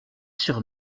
sur